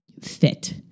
fit